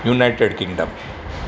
united kingdom